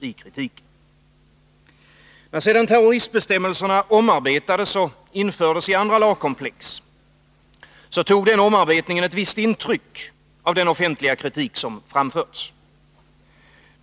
När sedan terroristbestämmelserna omarbetades och infördes i andra lagkomplex, tog den omarbetningen ett visst intryck av den offentliga kritik som framförts.